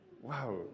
Wow